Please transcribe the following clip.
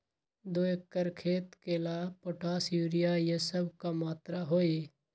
दो एकर खेत के ला पोटाश, यूरिया ये सब का मात्रा होई?